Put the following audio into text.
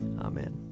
Amen